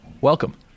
Welcome